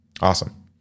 Awesome